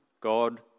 God